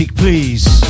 Please